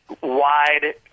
wide